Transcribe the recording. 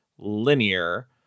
linear